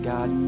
God